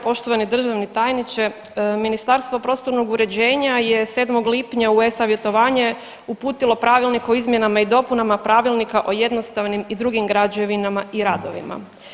Poštovani državni tajniče, Ministarstvo prostornog uređenja je 7. lipnja u e-savjetovanje uputilo Pravilnik o izmjenama i dopunama Pravilnika o jednostavnim i drugim građevinama i radovima.